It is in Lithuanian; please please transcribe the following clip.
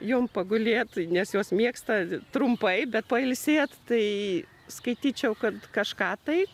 joms pagulėt nes jos mėgsta trumpai bet pailsėt tai skaityčiau kad kažką tai